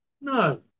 No